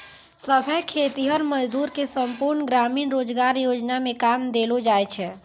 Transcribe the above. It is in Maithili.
सभै खेतीहर मजदूर के संपूर्ण ग्रामीण रोजगार योजना मे काम देलो जाय छै